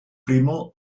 primo